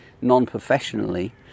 non-professionally